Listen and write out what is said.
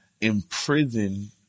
imprison